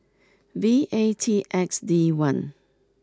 V A T X D one